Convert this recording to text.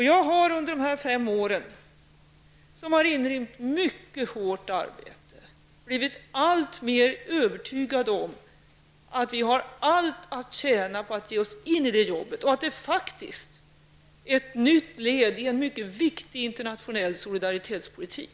Jag har under de här fem åren, som har inrymt mycket hårt arbete, blivit alltmer övertygad om att vi har allt att tjäna på att ge oss in i det jobbet. Det är faktiskt ett nytt led i en mycket viktig internationell solidaritetspolitik.